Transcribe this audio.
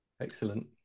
Excellent